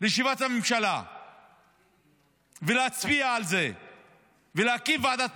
בישיבת הממשלה ולהצביע על זה ולהקים ועדת